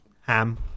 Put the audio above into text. ham